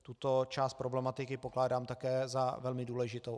Tuto část problematiky pokládám také za velmi důležitou.